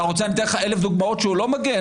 אתה רוצה שאתן לך אלף דוגמות שהוא לא מגן?